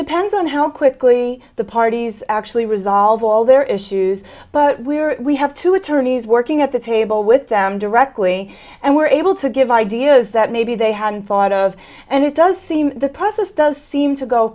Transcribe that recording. depends on how quickly the parties actually resolve all their issues but we are we have two attorneys working at the table with them directly and we're able to give ideas that maybe they haven't thought of and it does seem the process does seem to go